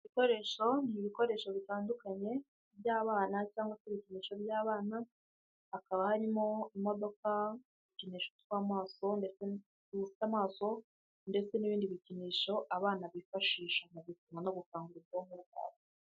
Ni ibikoresho bitandukanye by'abana cyangwa se ibikoresho by'abana hakaba harimo imodoka, udukinisho tw'amaso ndetse amaso ndetse n'ibindi bikinisho abana bifashisha mugukina no gukangu ubwonko bwabo.